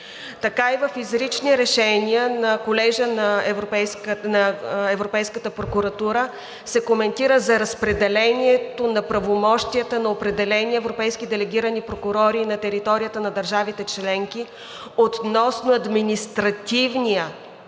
така и в изрични решения на Колежа на Европейската прокуратура се коментира за разпределението на правомощията на определени европейски делегирани прокурори на територията на държавите членки относно административните